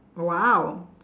!wow!